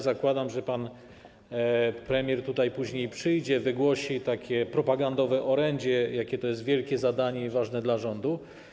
Zakładam, że pan premier tutaj później przyjdzie, wygłosi propagandowe orędzie, jakie to jest wielkie zadanie i jakie ważne dla rządu.